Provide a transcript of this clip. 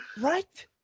Right